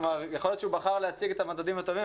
יכול להיות שהוא בחר להציג את המדדים הטובים,